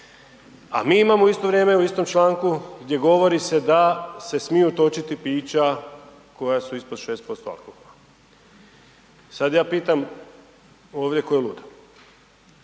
A mi imamo u isto vrijeme, u istom članku gdje govori se da se smiju točiti pića koja su ispod 6% alkohola. Sad ja pitam ovdje ko je lud?